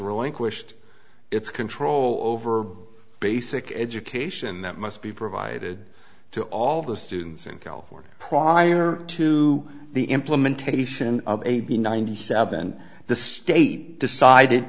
relinquished its control over basic education that must be provided to all the students in california prior to the implementation of a b ninety seven the state decided